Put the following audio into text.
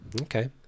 Okay